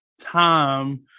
time